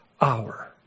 hour